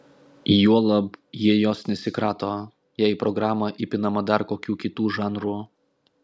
juolab jie jos nesikrato jei į programą įpinama dar kokių kitų žanrų